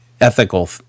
ethical